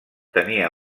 tenia